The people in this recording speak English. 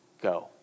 go